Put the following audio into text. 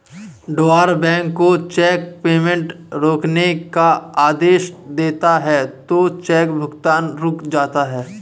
drawer bank को cheque payment रोकने का आदेश देता है तो चेक भुगतान रुक जाता है